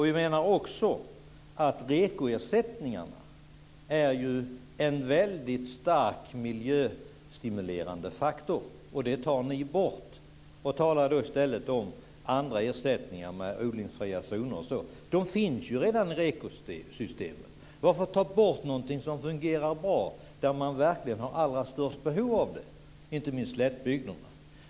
Vi menar också att REKO-ersättningen är en mycket stark miljöstimulerande faktor. Detta tar ni bort och talar i stället om andra ersättningar, odlingsfria zoner, m.m. De finns ju redan i REKO-systemet. Varför ta bort någonting som fungerar bra, där man verkligen har allra störst behov av det? Inte minst gäller det slättbygderna.